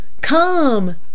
come